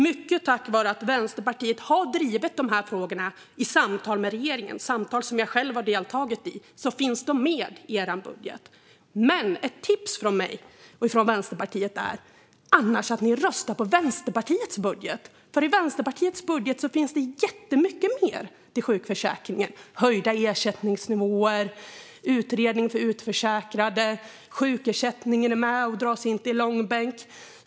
Mycket tack vare att Vänsterpartiet har drivit de här frågorna i samtal med regeringen - samtal som jag själv har deltagit i - finns de med i er budget. Ett tips från mig och Vänsterpartiet är annars att rösta på Vänsterpartiets budget, för i den finns det jättemycket mer till sjukförsäkringen. Det är höjda ersättningsnivåer och utredning för utförsäkrade. Sjukersättningen är med och dras inte i långbänk.